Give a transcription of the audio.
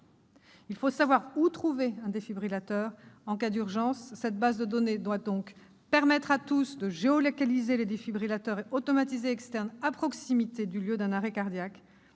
Il faut savoir où trouver un défibrillateur en cas d'urgence. Cette base de données doit permettre à tous de géolocaliser les défibrillateurs automatisés externes à proximité du lieu d'un arrêt cardiaque